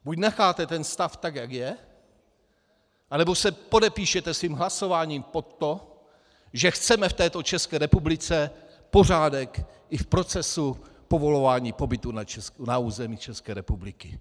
Buď necháte ten stav, jak je, anebo se podepíšete svým hlasováním pod to, že chceme v této České republice pořádek i v procesu povolování pobytu na území České republiky!